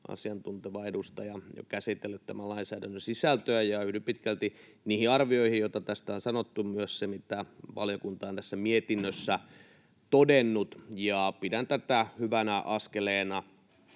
asiantunteva edustaja jo käsitellyt tämän lainsäädännön sisältöä, ja yhdyn pitkälti niihin arvioihin, joita tästä on sanottu, myös siihen, mitä valiokunta on tässä mietinnössä todennut. Pidän tätä hyvänä askeleena